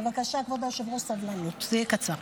בבקשה, כבוד היושב-ראש, סבלנות, זה יהיה קצר: